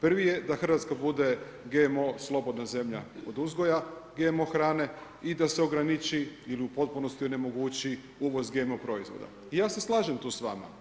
Prvi je da Hrvatska bude GMO slobodna zemlja od uzgoja GMO hrane i da se ograniči ili u potpunosti onemogući uvoz GMO proizvoda i ja se slažem tu s vama.